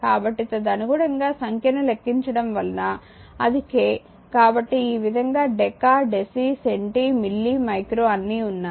కాబట్టి తదనుగుణంగా సంఖ్యను లెక్కించడం వలన అది k కాబట్టి ఈ విధంగా deca deci centi milli micro అన్నీ ఉన్నాయి